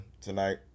tonight